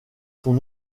sont